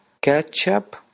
ketchup